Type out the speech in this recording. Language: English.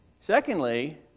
Secondly